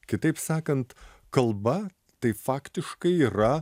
kitaip sakant kalba tai faktiškai yra